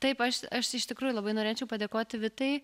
taip aš aš iš tikrųjų labai norėčiau padėkoti vitai